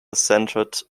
centred